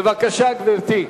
בבקשה, גברתי.